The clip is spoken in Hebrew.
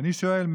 ואני שואל,